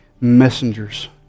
messengers